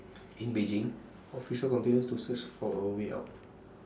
in Beijing officials continue to search for A way out